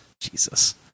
Jesus